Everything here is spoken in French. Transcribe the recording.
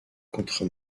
contre